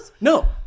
No